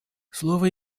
слово